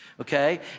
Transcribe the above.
okay